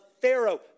Pharaoh